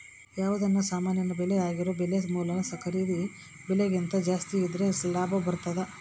ಯಾವುದನ ಸಾಮಾನಿನ ಬೆಲೆ ಈಗಿರೊ ಬೆಲೆ ಮೂಲ ಖರೀದಿ ಬೆಲೆಕಿಂತ ಜಾಸ್ತಿದ್ರೆ ಲಾಭ ಬರ್ತತತೆ